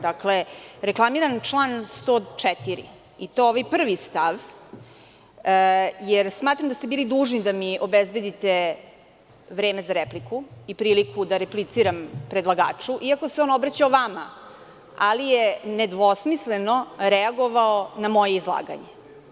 Dakle, reklamiram član 104. i to ovaj prvi stav, jer smatram da ste bili dužni da mi obezbedite vreme za repliku i priliku da repliciram predlagaču iako se on obraćao vama, ali je nedvosmisleno reagovao na moje izlaganje.